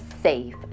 safe